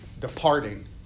departing